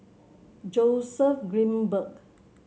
Joseph Grimberg